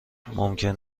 ممکن